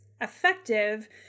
effective